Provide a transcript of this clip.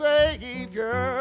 Savior